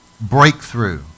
breakthrough